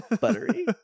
Buttery